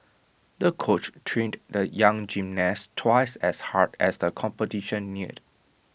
the coach trained the young gymnast twice as hard as the competition neared